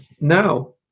Now